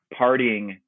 partying